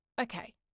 okay